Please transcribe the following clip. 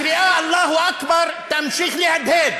הקריאה "אללהו אכבר" תמשיך להדהד,